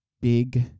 big